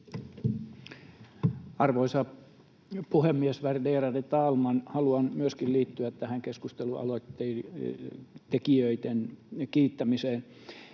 Arvoisa puhemies, värderade talman! Haluan myöskin liittyä tähän keskustelualoitteiden tekijöiden kiittämiseen.